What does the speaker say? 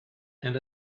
and